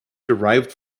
derived